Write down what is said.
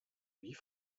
wie